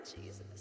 Jesus